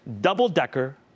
double-decker